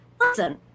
listen